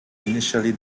initially